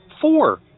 four